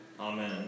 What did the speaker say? Amen